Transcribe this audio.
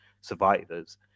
survivors